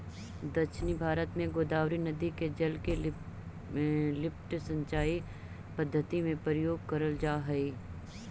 दक्षिण भारत में गोदावरी नदी के जल के लिफ्ट सिंचाई पद्धति में प्रयोग करल जाऽ हई